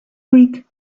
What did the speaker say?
greek